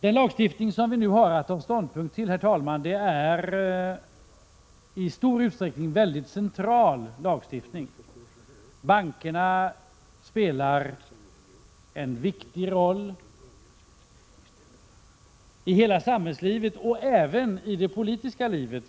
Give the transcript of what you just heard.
Den lagstiftning som vi nu har att ta ställning till, herr talman, är i stor utsträckning väldigt central. Bankerna spelar en viktig roll i hela samhällslivet och även i det politiska livet.